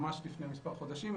ממש לפני מספר חודשים,